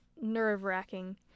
nerve-wracking